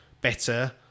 better